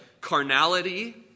carnality